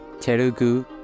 Telugu